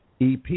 EP